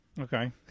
Okay